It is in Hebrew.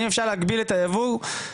האם אפשר להגביל גם את הייבוא בעקבות